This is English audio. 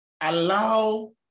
allow